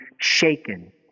shaken